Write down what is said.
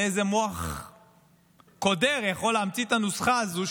איזה מוח קודח יכול להמציא את הנוסחה הזאת,